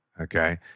okay